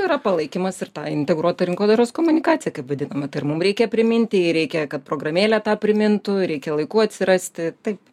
yra palaikymas ir ta integruota rinkodaros komunikacija kaip vadinama tai ir mum reikia priminti jai reikia kad programėlė tą primintų reikia laiku atsirasti taip